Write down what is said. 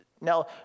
Now